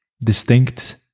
distinct